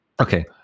Okay